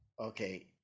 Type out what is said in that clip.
Okay